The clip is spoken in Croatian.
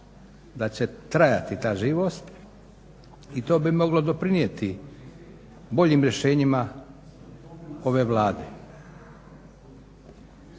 da će trajati ta živost i to bi moglo doprinijeti boljim rješenjima ove Vlade.